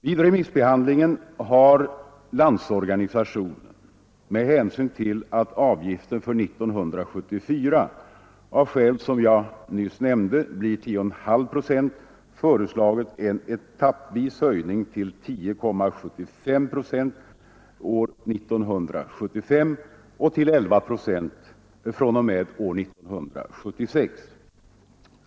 Vid remissbehandlingen har LO med hänsyn till att avgiften för 1974 av skäl som jag nyss nämnde blir 10,5 procent föreslagit en etappvis höjning till 10,75 procent år 1975 och till 11 procent fr.o.m. år 1976.